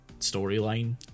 storyline